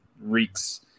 reeks